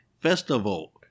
festival